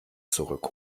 zurück